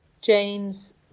James